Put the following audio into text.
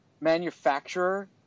manufacturer